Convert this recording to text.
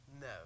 No